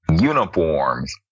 uniforms